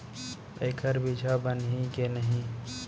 एखर बीजहा बनही के नहीं?